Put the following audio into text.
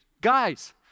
Guys